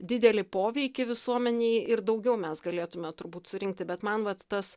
didelį poveikį visuomenei ir daugiau mes galėtume turbūt surinkti bet man vat tas